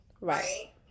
right